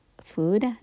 Food